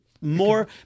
more